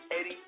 Eddie